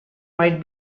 might